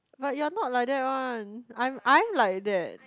but you're not like that one I'm I'm like that